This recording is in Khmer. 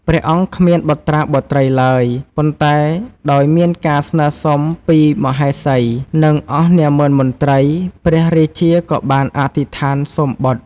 ព្រះអង្គគ្មានបុត្រាបុត្រីឡើយ ប៉ុន្តែដោយមានការស្នើសុំពីមហេសី និងអស់នាម៉ឺនមន្ត្រី ព្រះរាជាក៏បានអធិដ្ឋានសូមបុត្រ។